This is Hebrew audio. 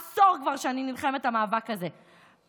עשור כבר שאני נלחמת המאבק הזה,